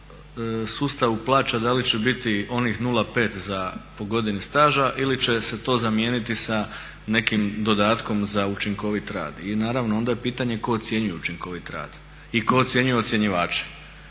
sustavu plaća da li će biti onih 0,5 za po godini staža ili će se to zamijeniti sa nekim dodatkom za učinkovit rad. I naravno onda je pitanje tko ocjenjuje učinkovit rad i tko ocjenjuje ocjenjivače.